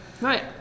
Right